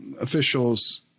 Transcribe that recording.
officials